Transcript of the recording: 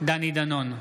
דני דנון,